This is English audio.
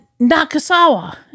Nakasawa